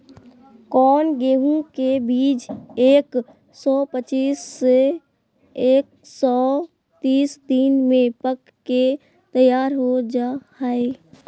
कौन गेंहू के बीज एक सौ पच्चीस से एक सौ तीस दिन में पक के तैयार हो जा हाय?